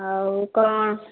ହଉ କ'ଣ